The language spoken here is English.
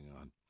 on